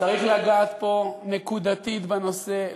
צריך לגעת פה נקודתית בנושא,